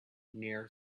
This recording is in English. near